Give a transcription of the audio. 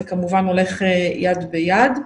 זה כמובן הולך יד ביד.